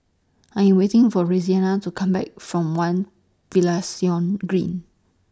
I Am waiting For Roseanna to Come Back from one Finlayson Green